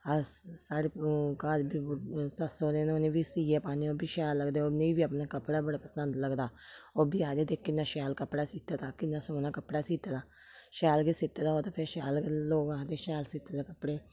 अस साढ़े घर बी सस्स सौह्रे ने उ'नें ई बी सीऐ पान्ने होन्नें ओह् बी शैल लगदे ते उ'नें ई बी अपना कपडा बड़ा पसंद लगदा ओह् बी आखदे दिक्ख किन्ना शैल कपड़ा सीते दा किन्ना सोह्ना कपड़ा सीते दा शैल गै सीते दा होऐ ते फिर शैल गै लोग आखदे शैल सीते दा कपड़े